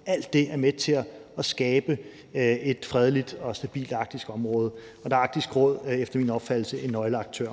– er med til at skabe et fredeligt og stabilt område, og der er Arktisk Råd efter min opfattelse en nøgleaktør.